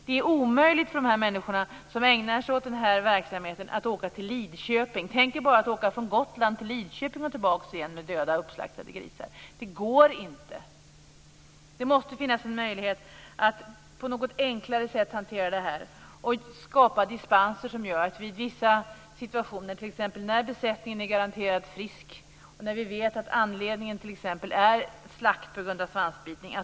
Det är omöjligt för de människor som ägnar sig åt denna verksamhet att åka till Lidköping. Tänk er bara att åka från Gotland till Lidköping och tillbaka igen med döda, uppslaktade grisar! Det går inte. Det måste finnas någon möjlighet att hantera detta på ett enklare sätt. Man kan medge dispenser för att använda dessa djur vid vissa situationer, t.ex. när besättningen är garanterat frisk och när anledningen är slakt till följd av svansavbitning.